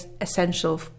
essential